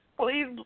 Please